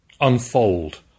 unfold